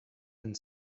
and